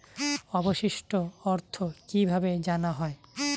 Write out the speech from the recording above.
অবশিষ্ট অর্থ কিভাবে জানা হয়?